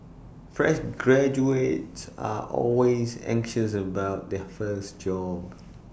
fresh graduates are always anxious about their first job